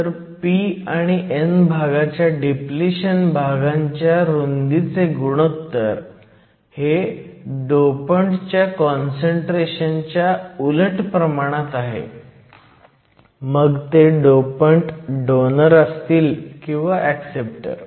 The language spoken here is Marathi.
तर p आणि n भागाच्या डिप्लिशन भागांच्या रुंदीचे गुणोत्तर हे डोपंटच्या काँसंट्रेशन च्या उलट प्रमाणात आहे मग ते डोपंट डोनर असतील किंवा ऍक्सेप्टर